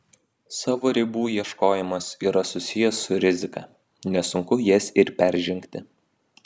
savo ribų ieškojimas yra susijęs su rizika nesunku jas ir peržengti